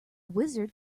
wizard